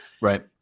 Right